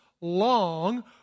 long